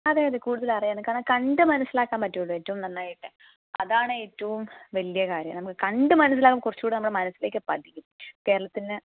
അതെ അതെ കൂടുതൽ അറിയാനുണ്ട് കാരണം കണ്ട് മനസിലാക്കാൻ പറ്റുമല്ലോ ഏറ്റവും നന്നായിട്ട് അതാണ് ഏറ്റവും വലിയ കാര്യം നമുക്ക് കണ്ട് മനസിലാക്കാണേൽ കുറച്ചും കൂടെ നമ്മുടെ മനസിലേക്ക് പതിയും കേരളത്തിന്റെ